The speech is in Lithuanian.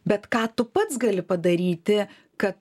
bet ką tu pats gali padaryti kad